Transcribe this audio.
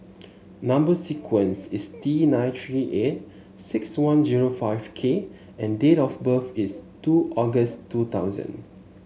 number sequence is T nine three eight six one zero five K and date of birth is two August two thousand